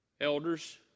Elders